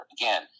again